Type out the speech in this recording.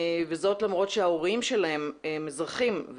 וזאת למרות שההורים שלהם הם אזרחים,